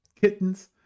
kittens